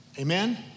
Amen